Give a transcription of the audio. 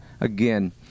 again